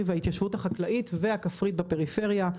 וההתיישבות החקלאית והכפרית בפריפריה,